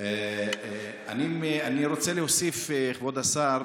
אני רוצה להוסיף, כבוד השר,